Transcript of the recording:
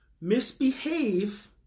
misbehave